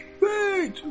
Wait